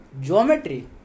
Geometry